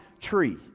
tree